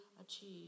achieve